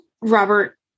robert